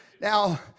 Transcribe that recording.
Now